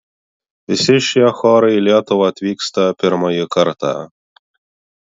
visi šie chorai į lietuvą atvyksta pirmąjį kartą